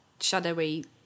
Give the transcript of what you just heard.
shadowy